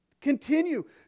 continue